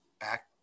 back